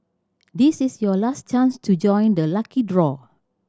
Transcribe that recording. this is your last chance to join the lucky draw